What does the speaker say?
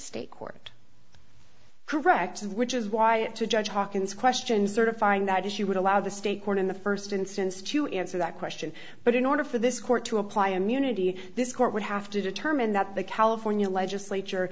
court correct which is why it to judge hawkins question certifying that she would allow the state court in the first instance to answer that question but in order for this court to apply immunity this court would have to determine that the california legislature